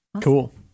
Cool